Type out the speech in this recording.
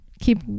Keep